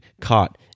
caught